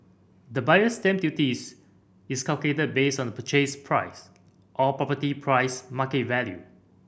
The Buyer's Stamp Duties is calculated based on the purchase price or property price market value